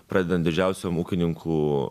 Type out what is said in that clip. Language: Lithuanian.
pradedant didžiausiom ūkininkų